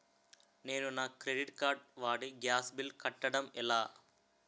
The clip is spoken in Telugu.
నేను నా క్రెడిట్ కార్డ్ వాడి గ్యాస్ బిల్లు కట్టడం ఎలా?